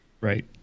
Right